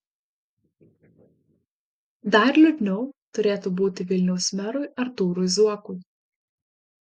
dar liūdniau turėtų būti vilniaus merui artūrui zuokui